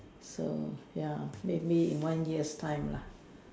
so ya maybe in one years time lah